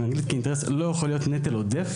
אנגלית כאינטרס לא יכולה להיות נטל עודף